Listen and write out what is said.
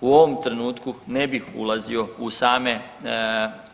U ovom trenutku ne bih ulazio u same